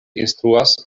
instruas